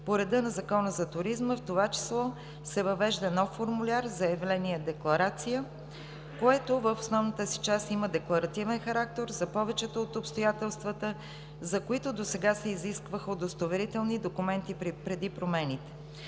по реда на Закона за туризма, в т.ч. се въвежда нов формуляр „заявление-декларация“, което в основната си част има декларативен характер за повечето от обстоятелствата, за които досега се изискваха удостоверителни документи преди промените.